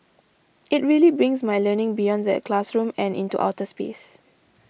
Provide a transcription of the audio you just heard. it really brings my learning beyond the classroom and into outer space